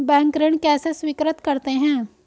Bank ऋण कैसे स्वीकृत करते हैं?